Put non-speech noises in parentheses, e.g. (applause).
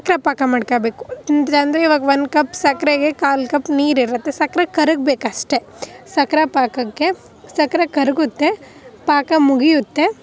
ಸಕ್ಕರೆ ಪಾಕ ಮಾಡ್ಕೊಳ್ಬೇಕು (unintelligible) ಇವಾಗ ಒಂದು ಕಪ್ ಸಕ್ಕರೆಗೆ ಕಾಲು ಕಪ್ ನೀರು ಇರುತ್ತೆ ಸಕ್ಕರೆ ಕರಗ್ಬೇಕು ಅಷ್ಟೆ ಸಕ್ಕರೆ ಪಾಕಕ್ಕೆ ಸಕ್ಕರೆ ಕರಗುತ್ತೆ ಪಾಕ ಮುಗಿಯುತ್ತೆ